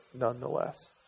nonetheless